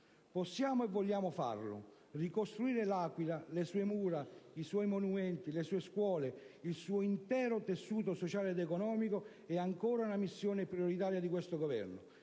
Possiamo e vogliamo farlo. Ricostruire L'Aquila, le sue mura, i suoi monumenti, le sue scuole, il suo intero tessuto sociale ed economico è ancora una missione prioritaria di questo Governo,